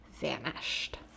vanished